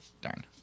Darn